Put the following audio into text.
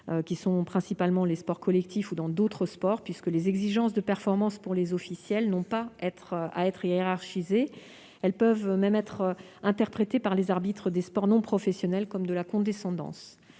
qui sont principalement les sports collectifs, ou dans d'autres sports, puisque les exigences de performance vis-à-vis de ces derniers n'ont pas à être hiérarchisées. Elles pourraient même être interprétées par les arbitres des sports non professionnels comme de la condescendance.